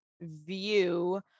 view